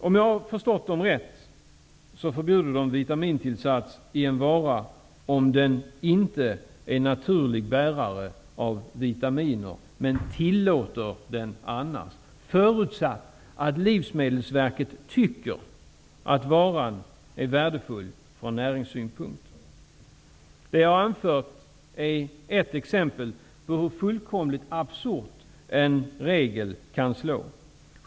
Om jag har förstått reglerna rätt, förbjuder de vitamintillsats i en vara om den inte är naturlig bärare av vitaminer, men tillåter varan annars, förutsatt att Livsmedelsverket tycker att varan är värdefull från näringssynpunkt. Det jag har anfört är ett exempel på hur fullkomligt absurt en regel kan slå.